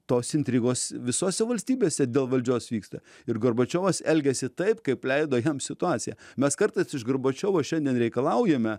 tos intrigos visose valstybėse dėl valdžios vyksta ir gorbačiovas elgėsi taip kaip leido jam situacija mes kartais iš gorbačiovo šiandien reikalaujame